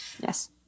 Yes